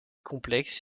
complexe